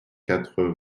quatre